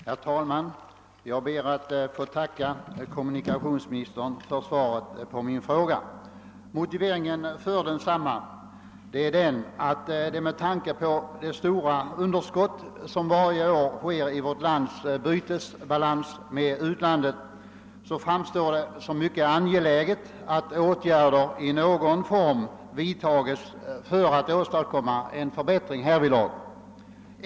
Herr talman! Jag ber att få tacka kommunikationsministern för svaret på min fråga. Motivet för densamma är att det med tanke på det stora underskott som varje år förekommer i vårt lands bytesbalans med utlandet framstår som mycket angeläget att vidta åtgärder i någon form för att åstadkomma en förbättring härvidlag.